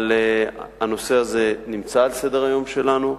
הנושא הזה נמצא על סדר-היום שלנו.